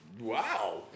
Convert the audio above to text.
Wow